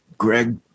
Greg